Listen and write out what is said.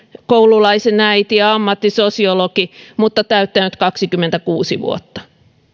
koululaisen äiti ja ammattini oli sosiologi mutta olin täyttänyt kaksikymmentäkuusi vuotta